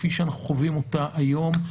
כפי שאנחנו חווים אותה היום,